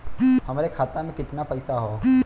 हमरे खाता में कितना पईसा हौ?